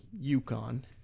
Yukon